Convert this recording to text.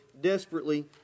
desperately